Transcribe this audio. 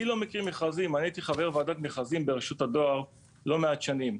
אני הייתי חבר ועדת מכרזים ברשות הדואר לא מעט שנים.